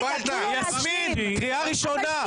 יסמין, קריאה ראשונה.